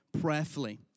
prayerfully